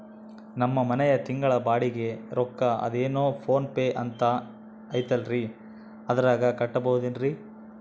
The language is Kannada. ನಮ್ಮ ಮನೆಯ ತಿಂಗಳ ಬಾಡಿಗೆ ರೊಕ್ಕ ಅದೇನೋ ಪೋನ್ ಪೇ ಅಂತಾ ಐತಲ್ರೇ ಅದರಾಗ ಕಟ್ಟಬಹುದೇನ್ರಿ?